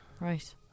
Right